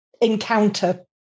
encounter